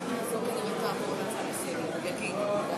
חבר הכנסת חיים ילין מבקש להצטרף כתומך.